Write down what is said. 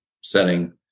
setting